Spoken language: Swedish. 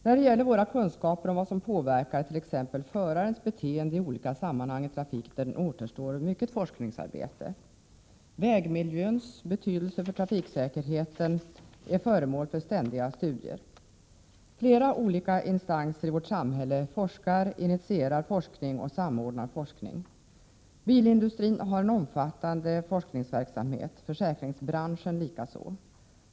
När det gäller våra kunskaper om vad som påverkar exempelvis förarens beteende i olika sammanhang i trafiken återstår mycket forskningsarbete. Vägmiljöns betydelse för trafiksäkerheten är föremål för ständiga studier. Flera olika instanser i vårt samhälle forskar, initierar och samordnar forskning. Bilindustrin har en omfattande forskningsverksamhet, försäkringsbranschen likaså.